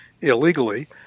illegally